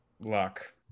luck